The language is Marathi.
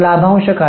लाभांश काय